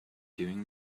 during